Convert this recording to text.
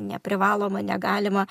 neprivaloma negalima